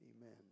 Amen